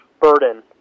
burden